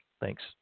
Thanks